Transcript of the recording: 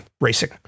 racing